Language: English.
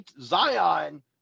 Zion